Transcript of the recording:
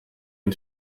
ein